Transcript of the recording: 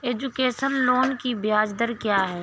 Education loan की ब्याज दर क्या है?